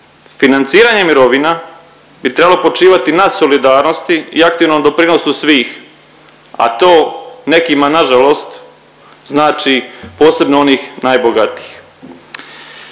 Financiranje mirovina bi trebalo počivati na solidarnosti i aktivnom doprinosu svih, a to nekima nažalost znači posebno onih najbogatijih.